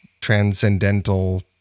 transcendental